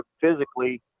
physically